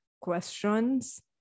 questions